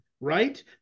right